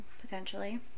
potentially